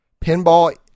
Pinball